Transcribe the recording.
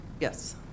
Yes